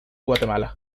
guatemala